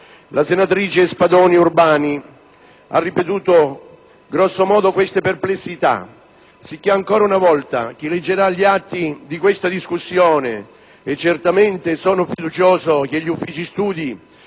La senatrice Spadoni Urbani ha ripetuto, grosso modo, le stesse perplessità sicché, ancora una volta, chi leggerà gli atti di questa discussione (sono fiducioso che gli uffici studi